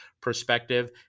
perspective